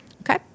Okay